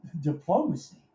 diplomacy